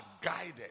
guided